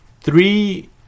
three